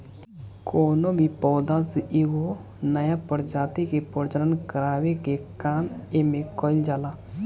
कवनो भी पौधा से एगो नया प्रजाति के प्रजनन करावे के काम एमे कईल जाला